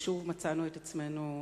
שוב מצאנו את עצמנו,